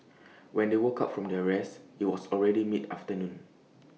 when they woke up from their rest IT was already mid afternoon